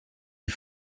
die